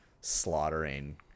slaughtering